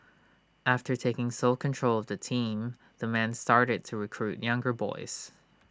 after taking sole control of the team the man started to recruit younger boys